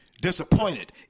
disappointed